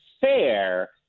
fair